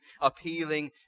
appealing